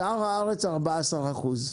שאר הארץ 14 אחוזים.